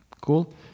Cool